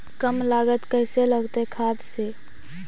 कम लागत कैसे लगतय खाद से?